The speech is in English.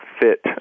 fit